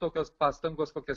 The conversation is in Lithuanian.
tokios pastangos kokios